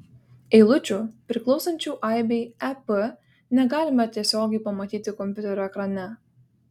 eilučių priklausančių aibei ep negalima tiesiogiai pamatyti kompiuterio ekrane